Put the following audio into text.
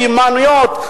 מיומנויות,